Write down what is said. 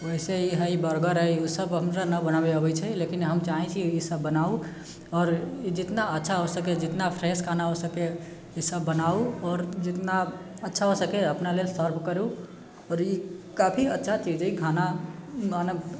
वैसे ही हइ ई बर्गर ओसभ हमरा नहि बनाबय आबै छै लेकिन हम चाहै छियै ईसभ बनाउ आओर ई जितना अच्छा हो सके जितना फ्रेश खाना हो सके ईसभ बनाउ आओर जितना अच्छा हो सके अपना लेल सर्व करू आओर ई काफी अच्छा चीज हइ खाना माने